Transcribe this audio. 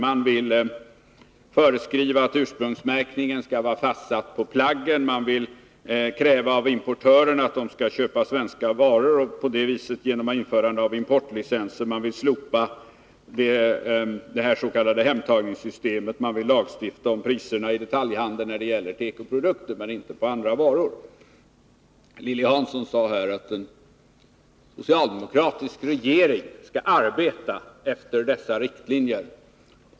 De vill föreskriva att ursprungsmärkningen skall vara fastsatt på plaggen. De vill kräva av importörerna att de skall köpa svenska varor, och därför vill de ha ett införande av importlicenser. De vill slopa det s.k. hemtagningssystemet. De vill lagstifta om priserna i detaljhandeln när det gäller tekoprodukter men inte när det gäller andra varor. Lilly Hansson sade här att en socialdemokratisk regering skall arbeta efter dessa riktlinjer.